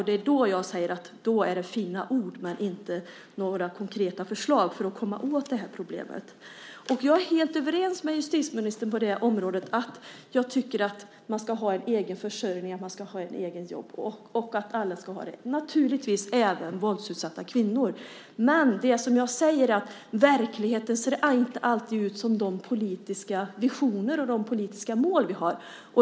Det är då jag säger att det är fina ord men inte några konkreta förslag för att komma åt det här problemet. Jag är helt överens med justitieministern om att alla ska ha en egen försörjning och ett eget jobb, och det gäller naturligtvis även våldsutsatta kvinnor. Men verkligheten ser inte alltid ut som de politiska visioner och de politiska mål vi har.